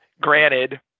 Granted